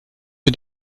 mit